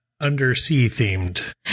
undersea-themed